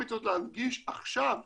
הזאת להנגיש עכשיו ומראש,